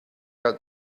out